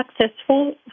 successful